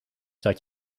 dat